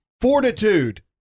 fortitude